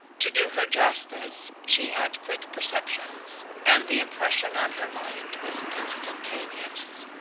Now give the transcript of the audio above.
to do her justice, she had quick perceptions, and the impression on her mind was instantaneous.